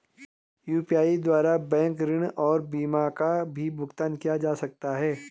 UPI द्वारा bank ऋण और बीमा का भी भुगतान किया जा सकता है?